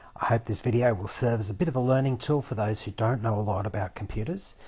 i hope this video will serve as a bit of a learning tool for those who don't know a lot about computers,